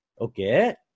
Okay